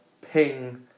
Ping